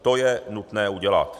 To je nutné udělat.